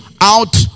out